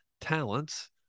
Talents